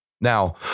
Now